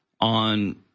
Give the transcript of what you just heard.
on